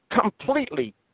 completely